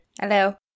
hello